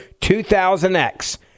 2000x